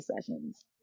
sessions